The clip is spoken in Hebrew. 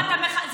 זה לא נכון.